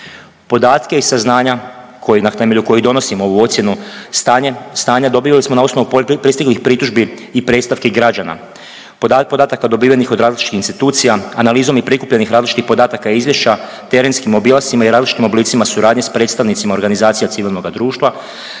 koji na temelju kojih donosimo ovu ocjenu stanja dobili smo na osnovu pristiglih pritužbi i predstavki građana, podataka dobivenih od različitih institucija, analizom i prikupljenih različitih podataka izvješća, terenskim obilascima i različitim oblicima suradnje s predstavnicima organizacija civilnoga društva,